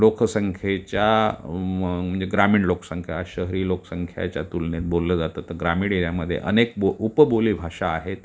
लोकसंख्येच्या म म्हणजे ग्रामीण लोकसंख्या शहरी लोकसंख्याच्या तुलनेत बोललं जाते तर ग्रामीण एरियामध्ये अनेक ब उपबोली भाषा आहेत